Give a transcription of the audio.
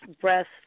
breast